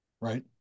right